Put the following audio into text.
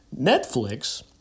Netflix